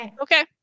Okay